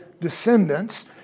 descendants